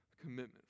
commitment